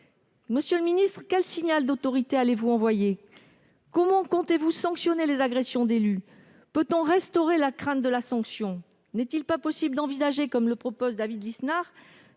Monsieur le ministre, quel signal d'autorité allez-vous envoyer ? Comment comptez-vous sanctionner les agressions d'élus ? Peut-on restaurer la crainte de la sanction ? N'est-il pas possible d'envisager, comme le propose David Lisnard,